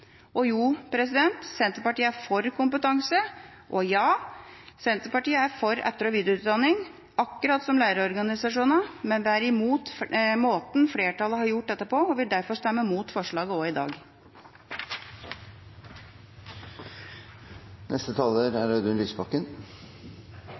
Senterpartiet er for kompetanse, og ja, Senterpartiet er for etter- og videreutdanning, akkurat som lærerorganisasjonene, men vi er imot måten flertallet har gjort dette på, og vil derfor stemme imot forslaget også i dag. Jeg vil bare, etter siste taler,